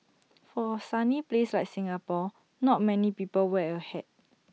for A sunny place like Singapore not many people wear A hat